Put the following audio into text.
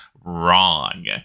wrong